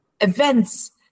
events